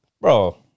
Bro